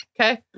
Okay